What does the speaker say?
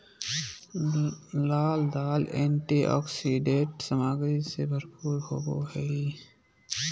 लाल दाल एंटीऑक्सीडेंट सामग्री से भरपूर होबो हइ